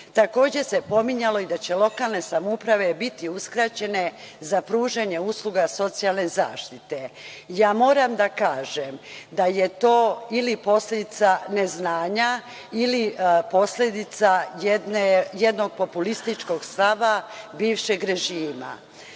Takođe, se pominjalo i da će lokalne samouprave biti uskraćene za pružanje usluga socijalne zaštite. Moram da kažem da je to ili posledica neznanja ili posledica jednog populističkog stava bivšeg režima.